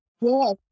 Yes